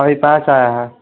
वही पाँच आए हैं